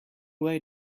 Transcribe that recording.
way